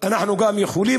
אנחנו גם יכולים,